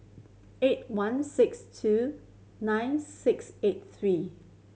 eight one six two nine six eight three